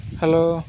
hello